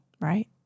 Right